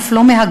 אף לא מהגרים,